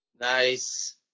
Nice